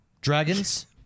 dragons